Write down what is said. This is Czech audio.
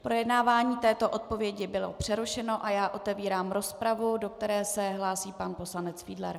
Projednávání této odpovědi bylo přerušeno a já otevírám rozpravu, do které se hlásí pan poslanec Fiedler.